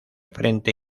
frente